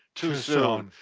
too soon.